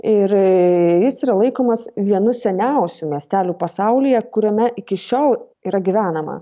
ir jis yra laikomas vienu seniausių miestelių pasaulyje kuriame iki šiol yra gyvenama